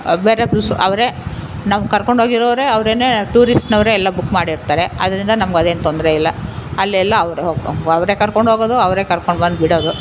ಬೇರೆ ಬಸ್ಸು ಅವರೇ ನಾವು ಕರ್ಕೊಂಡು ಹೋಗಿರೋವ್ರೆ ಅವರೇನೆ ಟೂರಿಸ್ಟ್ನವರೇ ಎಲ್ಲ ಬುಕ್ ಮಾಡಿರ್ತಾರೆ ಅದರಿಂದ ನಮಗೆ ಅದೇನು ತೊಂದರೆ ಇಲ್ಲ ಅಲ್ಲೆಲ್ಲ ಅವರು ಅವರೆ ಕರ್ಕೊಂಡು ಹೋಗೋದು ಅವರೆ ಕರ್ಕೊಂಡು ಬಂದು ಬಿಡೋದು